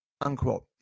unquote